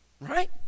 Right